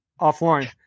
offline